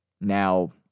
Now